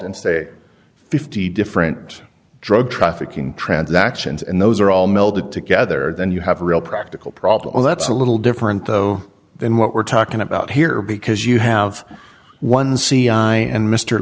in say fifty different drug trafficking transactions and those are all melded together then you have a real practical problem that's a little different though than what we're talking about here because you have one cia and mr